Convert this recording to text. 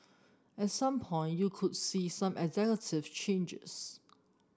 at some point you could see some executive changes